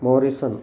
morrison